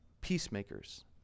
peacemakers